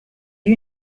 you